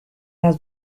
las